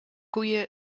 koeien